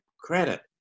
credit